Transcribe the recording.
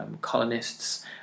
colonists